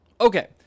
Okay